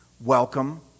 Welcome